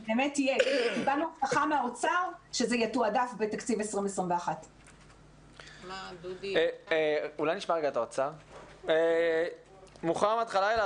קיבלנו הבטחה מהאוצר שזה יתועדף בתקציב 2021. מוחמד חלאילה,